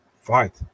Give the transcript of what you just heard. fight